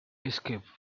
escape